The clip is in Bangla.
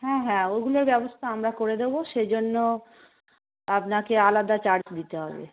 হ্যাঁ হ্যাঁ ওইগুলোর ব্যবস্থা আমরা করে দেবো সেই জন্য আপনাকে আলাদা চার্জ দিতে হবে